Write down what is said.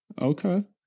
okay